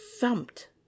thumped